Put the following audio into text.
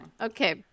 okay